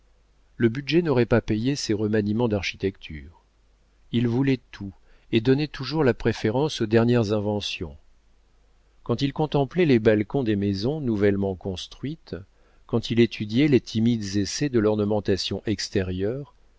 le budget n'aurait pas payé ses remaniements d'architecture il voulait tout et donnait toujours la préférence aux dernières inventions quand il contemplait les balcons des maisons nouvellement construites quand il étudiait les timides essais de l'ornementation extérieure